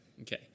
Okay